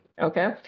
Okay